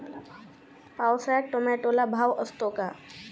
पावसाळ्यात टोमॅटोला भाव असतो का?